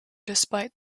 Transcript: despite